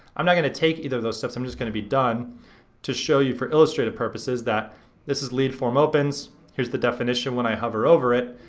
i'm not gonna take either of those steps. i'm just gonna be done to show you for illustrative purposes that this is lead form opens. here's the definition when i hover over it.